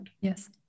Yes